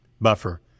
buffer